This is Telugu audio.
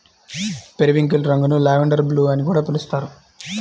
పెరివింకిల్ రంగును లావెండర్ బ్లూ అని కూడా పిలుస్తారు